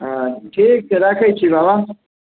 ठीक छै रखैत छी बाबा